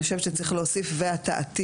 --- אני חושבת שצריך להוסיף והתעתיק,